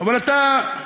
אבל אתה,